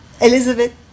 Elizabeth